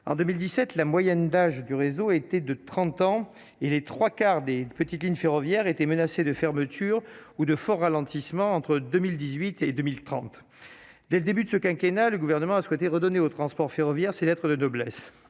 en 2017, la moyenne d'âge du réseau a été de 30 ans, et les 3 quarts des petites lignes ferroviaires étaient menacées de fermeture ou de forts ralentissements entre 2018 et 2030, dès le début de ce quinquennat le gouvernement a souhaité redonner, au transport ferroviaire, ses lettres de noblesse